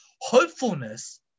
hopefulness